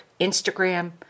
Instagram